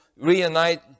reunite